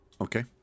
Okay